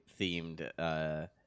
themed